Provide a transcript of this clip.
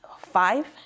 five